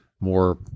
more